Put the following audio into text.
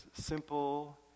simple